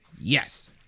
Yes